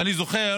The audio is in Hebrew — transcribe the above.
ואני זוכר,